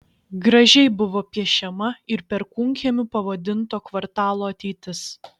gražiai buvo piešiama ir perkūnkiemiu pavadinto kvartalo ateitis